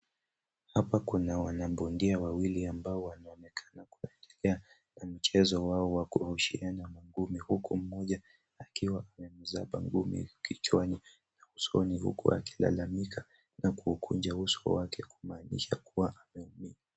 Hapa kuna wanabondia wawili ambao wanaonekana kwa mchezo wao wa kurushiana mangumi huku mmoja akiwa amemzaba ngumi kichwani ya usoni huku akilalamika na kuukunja uso wake kumaanisha kuwa ameumia.